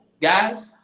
guys